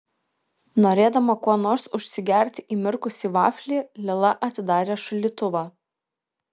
norėdama kuo nors užsigerti įmirkusį vaflį lila atidarė šaldytuvą